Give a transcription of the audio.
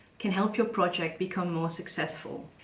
can help your project become more successful.